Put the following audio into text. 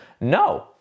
No